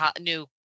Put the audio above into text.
new